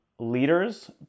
leaders